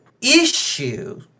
issue